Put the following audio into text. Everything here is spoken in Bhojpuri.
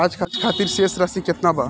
आज खातिर शेष राशि केतना बा?